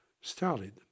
started